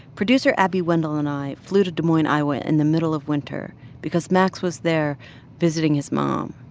producer abby wendle and i flew to des moines, iowa, in the middle of winter because max was there visiting his mom.